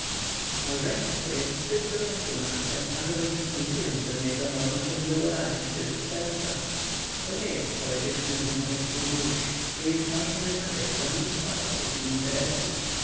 małżeństwo jest zbyt doniosłym aktem ażeby przystępując do niego można było radzić się tylko serca to nie jest poetyczny związek dwu dusz to jest ważny wypadek dla mnóstwa osób i interesów